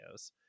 videos